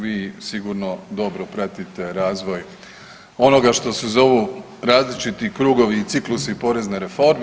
Vi sigurno dobro pratite razvoj onoga što se zovu različiti krugovi i ciklusi porezne reforme.